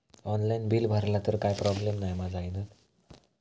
Online bill भरला तर काय प्रोब्लेम नाय मा जाईनत?